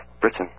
Britain